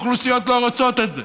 והאוכלוסיות לא רוצות את זה